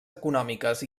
econòmiques